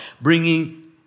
Bringing